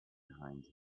behind